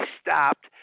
stopped